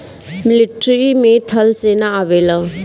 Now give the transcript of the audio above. military में थल सेना आवेला